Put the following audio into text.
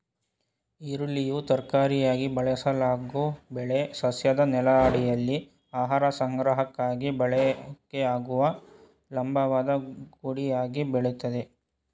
ಈರುಳ್ಳಿಯು ತರಕಾರಿಯಾಗಿ ಬಳಸಲಾಗೊ ಬೆಳೆ ಸಸ್ಯದ ನೆಲದಡಿಯಲ್ಲಿ ಆಹಾರ ಸಂಗ್ರಹಕ್ಕಾಗಿ ಬಳಕೆಯಾಗುವ ಲಂಬವಾದ ಕುಡಿಯಾಗಿ ಬೆಳಿತದೆ